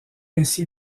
ainsi